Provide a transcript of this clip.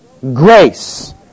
grace